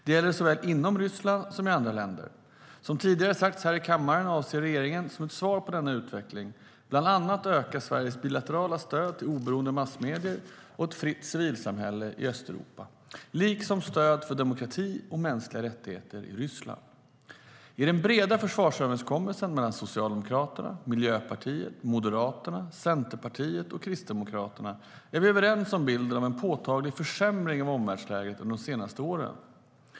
Det gäller såväl inom Ryssland som i andra länder. Som tidigare har sagts här i kammaren avser regeringen som ett svar på denna utveckling att bland annat öka Sveriges bilaterala stöd till oberoende massmedier och ett fritt civilsamhälle i Östeuropa, liksom stöd för demokrati och mänskliga rättigheter i Ryssland.I den breda försvarsöverenskommelsen mellan Socialdemokraterna, Miljöpartiet, Moderaterna, Centerpartiet och Kristdemokraterna är vi överens om bilden av en påtaglig försämring av omvärldsläget under de senaste åren.